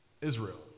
Israel